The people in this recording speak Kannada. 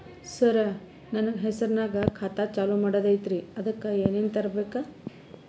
ಸರ, ನನ್ನ ಹೆಸರ್ನಾಗ ಖಾತಾ ಚಾಲು ಮಾಡದೈತ್ರೀ ಅದಕ ಏನನ ತರಬೇಕ?